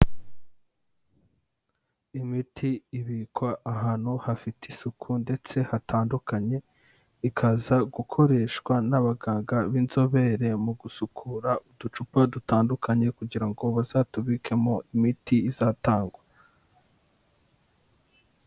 Imiti ibikwa ahantu hafite isuku ndetse hatandukanye, ikaza gukoreshwa n'abaganga b'inzobere mu gusukura uducupa dutandukanye, kugira ngo bazatubikemo imiti izatangwa.